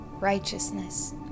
righteousness